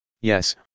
Yes